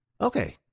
Okay